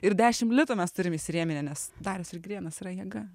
ir dešim litų mes turim įsirėminę nes darius ir girėnas yra jėga